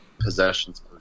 possessions